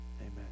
Amen